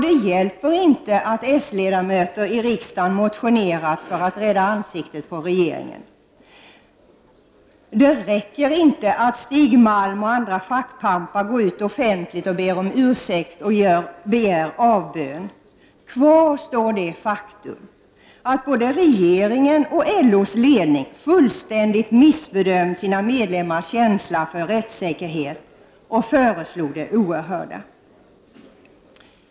Det hjälper inte att socialdemokratiska ledamöter i riksdagen motionerar för att rädda ansiktet på regeringen. Det räcker inte att Stig Malm och andra fackpampar går ut offentligt och ber om ursäkt och gör avbön. Kvar står det faktum att både regeringen och LO:s ledning fullständigt missbedömde sina medlemmars känsla för rättssäkerhet och föreslog det oerhörda.